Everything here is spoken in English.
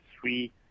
three